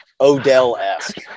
Odell-esque